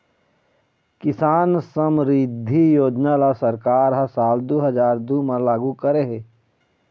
किसान समरिद्धि योजना ल सरकार ह साल दू हजार दू म लागू करे हे